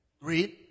Read